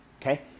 okay